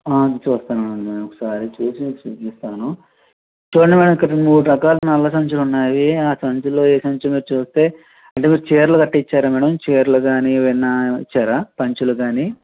చూస్తాను మేడం ఒకసారి చూసి మీకు చూపిస్తాను చూడండి మేడం ఇక్కడ మూడు రకాల నల్ల సంచిలు ఉన్నాయి ఆ సంచిలో ఏ సంచియో మీరు చూస్తే అంటే మీరు చీరలు గట్రా ఇచ్చారా మేడం చీరలు కానీ ఏమైనా ఇచ్చారా పంచెలు కానీ